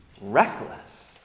reckless